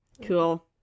Cool